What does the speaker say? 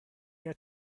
had